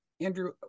Andrew